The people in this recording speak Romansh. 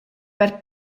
per